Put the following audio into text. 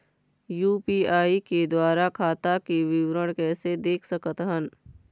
UPI के द्वारा खाता के विवरण कैसे देख सकत हन?